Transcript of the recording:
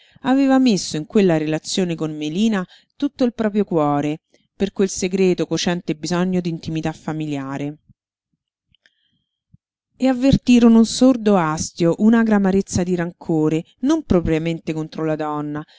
aveva messo in quella relazione con melina tutto il proprio cuore per quel segreto cocente bisogno d'intimità familiare e avvertirono un sordo astio un'agra amarezza di rancore non propriamente contro la donna